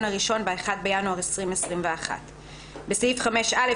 הראשון ב-1 ינואר 2021. (2)בסעיף 5(א),